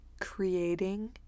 creating